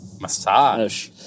massage